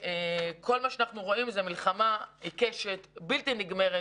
וכל מה שאנחנו רואים זה מלחמה עיקשת בלתי נגמרת